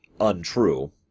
untrue